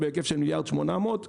בהיקף של 1.8 מיליארד ₪.